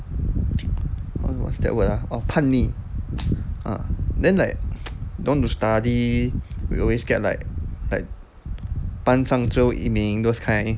what was that word ah orh 叛逆 ah then like don't want to study we always get like like 班上最后一名 those kind